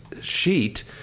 sheet